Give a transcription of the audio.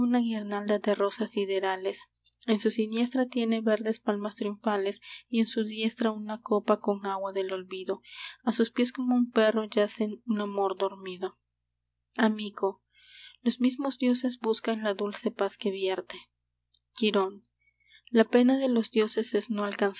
de rosas siderales en su siniestra tiene verdes palmas triunfales y en su diestra una copa con agua del olvido a sus pies como un perro yace un amor dormido amico los mismos dioses buscan la dulce paz que vierte quirón la pena de los dioses es no alcanzar